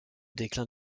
déclin